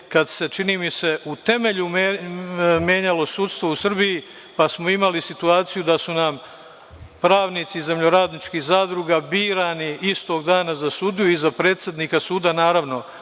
kada se čini mi se u temelju menjalo sudstvo u Srbiji, pa smo imali situaciju da su nam pravnici iz zemljoradničkih zadruga birani istog dana za sudija i za predsednika suda. Naravno,